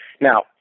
Now